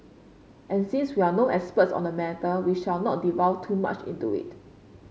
and since we are no experts on the matter we shall not delve too much into it